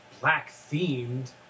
black-themed